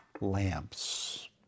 lamps